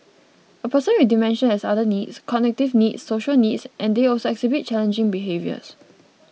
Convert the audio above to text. a person with dementia has other needs cognitive needs social needs and they also exhibit challenging behaviours